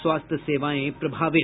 स्वास्थ्य सेवाएं प्रभावित